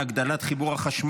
הרחבת המגוון בשידורי הרדיו),